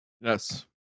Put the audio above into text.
Yes